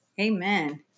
Amen